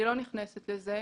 אני לא נכנסת לזה.